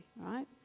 right